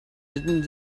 didn’t